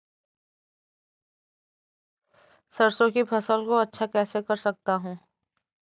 सरसो की फसल को अच्छा कैसे कर सकता हूँ?